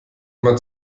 immer